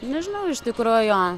nežinau iš tikrųjo